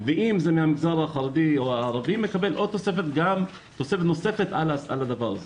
אם זה מהמגזר החרדי או הערבי הוא מקבל תוספת נוספת על זה.